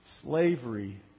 slavery